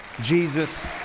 Jesus